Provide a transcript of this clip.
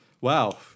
Wow